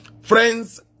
Friends